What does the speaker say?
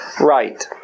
Right